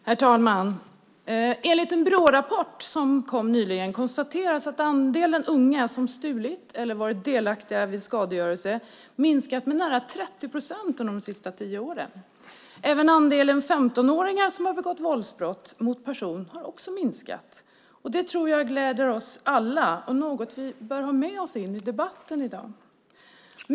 Herr talman! I en Brårapport som kom nyligen konstateras att andelen unga som stulit eller varit delaktiga vid skadegörelse minskat med nära 30 procent de senaste tio åren. Även andelen 15-åringar som begått våldsbrott mot person har minskat. Det tror jag gläder oss alla och är något vi bör ha med oss i debatten i dag.